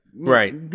Right